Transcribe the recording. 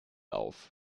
auf